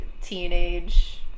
teenage